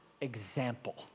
example